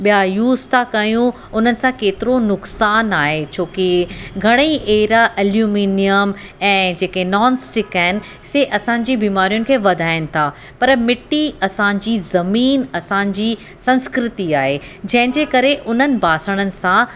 ॿिया यूज़ था कयूं उन्हनि सां केतिरो नुक़सानु आहे छो कि घणेई अहिड़ा एल्यूमीनियम ऐं जेके नॉन स्टिक आहिनि से असांजी बीमारियुनि खे वधाइनि था पर मिटी असांजी ज़मीन असांजी संस्कृति आहे जंहिंजे करे उन्हनि बासणनि सां